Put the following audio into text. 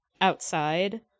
outside